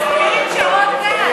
תזכיר את שרון גל.